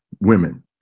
women